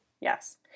Yes